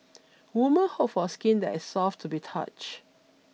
woman hope for skin that is soft to the touch